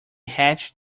hatch